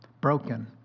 broken